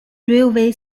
railway